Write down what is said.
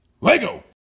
Lego